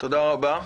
תודה רבה.